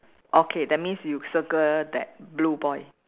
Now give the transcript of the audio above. okay that means you circle that blue boy